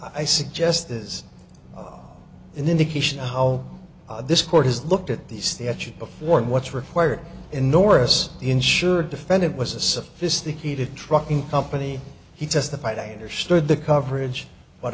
i suggest is an indication of how this court has looked at the statute before and what's required in norris ensured defendant was a sophisticated trucking company he testified i understood the coverage but